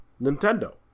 Nintendo